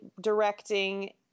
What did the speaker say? directing